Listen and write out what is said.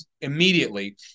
immediately